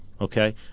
Okay